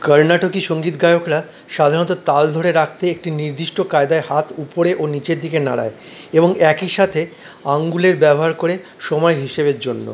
কর্ণাটিক সঙ্গীত গায়করা সাধারণত তাল ধরে রাখতে একটি নির্দিষ্ট কায়দায় হাত উপরে ও নীচের দিকে নাড়ায় এবং একই সাথে আঙ্গুলের ব্যবহার করে সময়ের হিসেবের জন্য